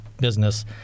business